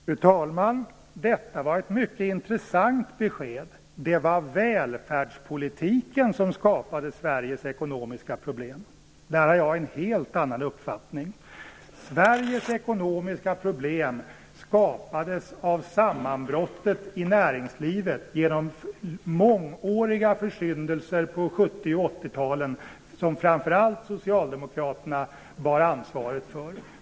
Fru talman! Det var ett mycket intressant besked. Det var alltså välfärdspolitiken som skapade Sveriges ekonomiska problem. Där har jag emellertid en helt annan uppfattning. Sveriges ekonomiska problem skapades av sammanbrottet i näringslivet genom mångåriga försyndelser på 70 och 80-talen, som framför allt Socialdemokraterna bar ansvaret för.